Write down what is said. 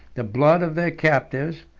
the blood of their captives,